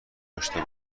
داشته